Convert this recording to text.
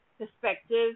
perspective